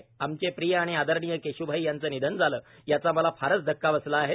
आमचे प्रिय आणि आदरणीय केश्भाई यांचे निधन झाले याचा मला फारच धक्का बसला आहे